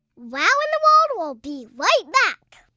wow in the world will be right back.